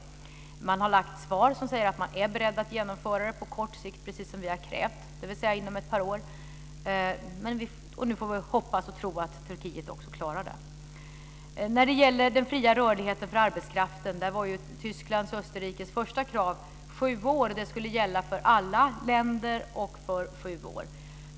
Turkiet har lagt fram svar som säger att man är beredd att genomföra detta på kort sikt precis som vi har krävt, dvs. inom ett par år. Nu får vi hoppas och tro att Turkiet också klarar det. När det gäller den fria rörligheten för arbetskraften var Tysklands och Österrikes första krav sju år. Det skulle gälla för alla länder.